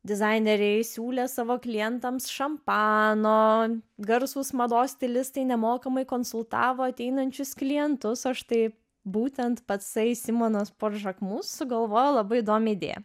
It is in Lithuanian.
dizaineriai siūlė savo klientams šampano garsūs mados stilistai nemokamai konsultavo ateinančius klientus o štai būtent patsai simonas por žakmus sugalvojo labai įdomią idėją